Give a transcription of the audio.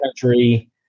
country